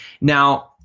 now